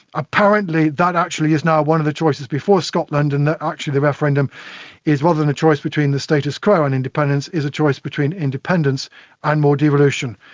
apparently that actually is now one of the choices before scotland and that actually the referendum is rather than a choice between the status quo and independence, is a choice between independence and more devolution.